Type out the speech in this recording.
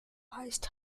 heißt